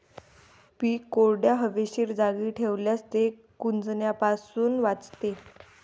पीक कोरड्या, हवेशीर जागी ठेवल्यास ते कुजण्यापासून वाचते